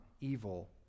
evil